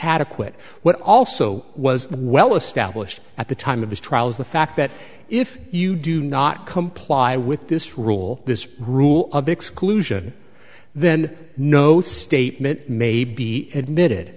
adequate what also was well established at the time of the trial is the fact that if you do not comply with this rule this rule of exclusion then no statement may be admitted